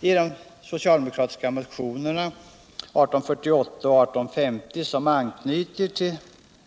I de socialdemokratiska motionerna 1848 och 1850, som anknyter till